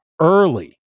early